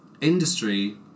industry